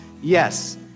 Yes